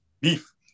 beef